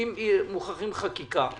אם מוכרחים חקיקה,